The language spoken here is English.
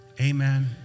Amen